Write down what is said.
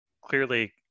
clearly